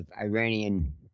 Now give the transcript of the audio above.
Iranian